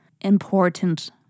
important